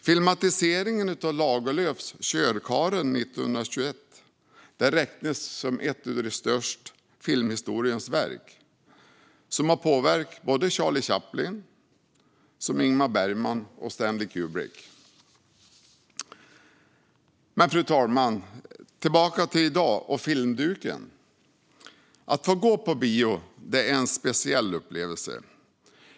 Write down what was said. Filmatiseringen av Lagerlöfs Körkarlen 1921 räknas som ett av filmhistoriens största verk och har påverkat Charlie Chaplin, Ingmar Bergman och Stanley Kubrick. Fru talman! Tillbaka till dagens filmdukar! Att få gå på bio är en speciell upplevelse.